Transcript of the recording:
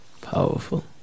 Powerful